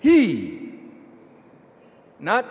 he not